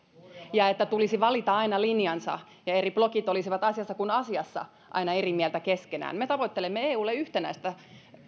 ja että tulisi valita aina linjansa ja eri blokit olisivat asiassa kuin asiassa aina eri mieltä keskenään me tavoittelemme eulle yhtenäistä